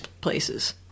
places